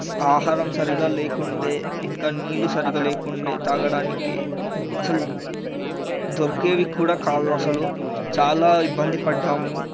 ఆహారం సరిగ్గా లేకుండే ఇంకా నీళ్ళు సరిగ్గా లేకుండేది తాగడానికి అసలు దొరికేవీ కూడా కావు అసలు చాలా ఇబ్బంది పడ్డాము